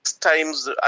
times